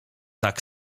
tak